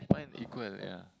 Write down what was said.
mine equal yeah